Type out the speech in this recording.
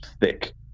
thick